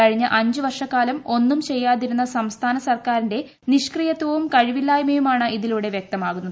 കഴിഞ്ഞ അഞ്ച് വർഷക്കാലം ഒന്നും ചെയ്യാതിരുന്ന സംസ്ഥാന ഗവൺമെന്റിന്റെ നിഷ്ക്രിയത്വവും കഴിവില്ലായ്മയുമാണ് ഇതിലൂടെ വ്യക്തമാകുന്നത്